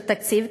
של תקציב,